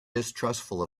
distrustful